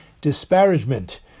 disparagement